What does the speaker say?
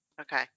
Okay